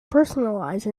personalized